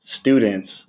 students